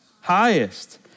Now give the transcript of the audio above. highest